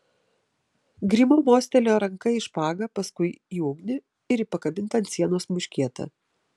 grimo mostelėjo ranka į špagą paskui į ugnį ir į pakabintą ant sienos muškietą